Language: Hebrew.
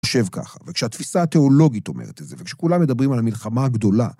חושב ככה. וכשהתפיסה התיאולוגית אומרת את זה, וכשכולם מדברים על המלחמה הגדולה.